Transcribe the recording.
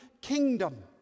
kingdom